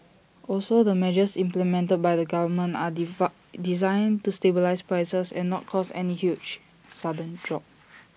also the measures implemented by the government are D far designed to stabilise prices and not cause any huge sudden drop